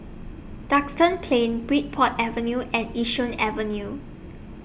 Duxton Plain Bridport Avenue and Yishun Avenue